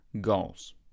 goals